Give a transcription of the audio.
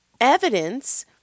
evidence